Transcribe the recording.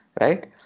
right